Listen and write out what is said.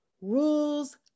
rules